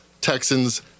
Texans